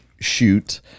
shoot